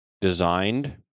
designed